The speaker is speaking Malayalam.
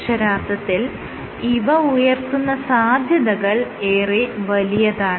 അക്ഷരാർത്ഥത്തിൽ ഇവ ഉയർത്തുന്ന സാധ്യതകൾ ഏറെ വലിയതാണ്